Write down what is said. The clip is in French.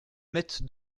mette